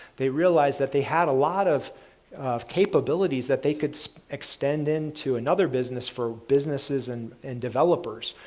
they realized that they had a lot of of capabilities that they could extend into another business for businesses and and developers,